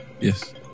Yes